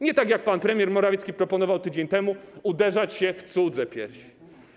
Nie tak jak premier Morawiecki proponował tydzień temu - uderzać się w cudze piersi.